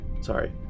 sorry